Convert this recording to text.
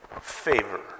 favor